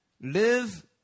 Live